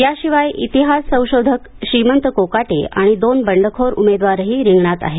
याशिवाय इतिहास संशोधक श्रीमंत कोकाटे आणि दोन बंडखोर उमेदवारही रिंगणात आहेत